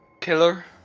killer